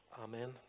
Amen